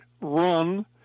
run